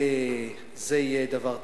זה יהיה דבר טרגי.